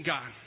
God